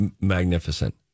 magnificent